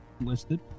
listed